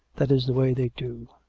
that is the way they do.